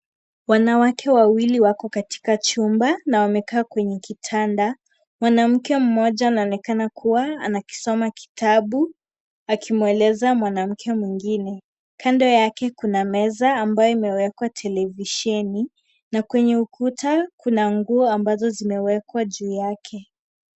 Wanawake wawili wako katika chumba, na wamekaa kwenye kitanda, mwanamke Mmoja anaonekana kuwa ana kisoma kitabu , akimwelezea mwanamke mwingine, kando yake Kuna meza ambayo imewekwa televisheni na kwenye ukuta Kuna nguo ambazo zimewekwa juu yake.